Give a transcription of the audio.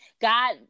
God